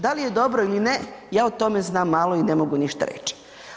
Da li je dobro ili ne, ja o tome znam malo i ne mogu ništa reći.